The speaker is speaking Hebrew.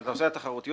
נושא התחרות.